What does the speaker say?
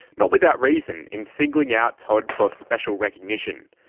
not without reason, in singling out todd for special recognition.